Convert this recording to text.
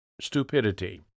stupidity